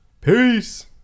Peace